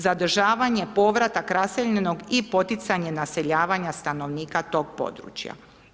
Zadržavanje, povratak raseljenog i poticanje naseljavanje stanovnika tog područja.